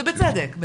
ובצדק.